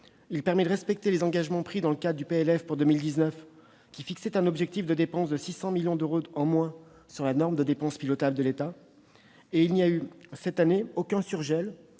Il permet de respecter les engagements pris dans le cadre du PLF pour 2019, qui fixait un objectif de dépenses de 600 millions d'euros en moins sur la norme de dépenses pilotables de l'État. Il n'y a eu cette année aucun surgel,